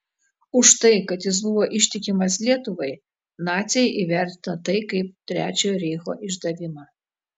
už tai kad jis buvo ištikimas lietuvai naciai įvertino tai kaip trečiojo reicho išdavimą